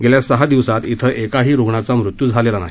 गेल्या सहा दिवसांत इथं एकाही रुग्णाचा मृत्यू झालेला नाही